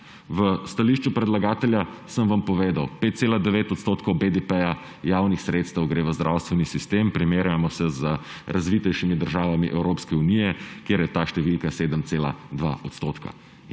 V stališču predlagatelja sem vam povedal – 5,9 % BDP javnih sredstev gre v zdravstveni sistem, primerjamo se z razvitejšimi državami Evropske unije, kjer je ta številka 7,2 %. Tukaj